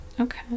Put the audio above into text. okay